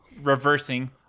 reversing